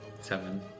seven